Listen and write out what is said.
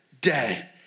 day